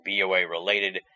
BOA-related